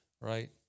right